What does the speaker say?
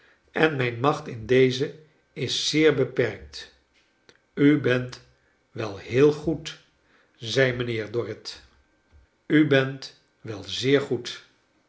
en mijn macht in deze is zeer beperkt u bent wel heel goed zei mijnheer dorrit u bent wel zeer goed